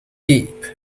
deep